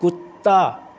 कुत्ता